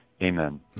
Amen